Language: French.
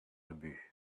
ubu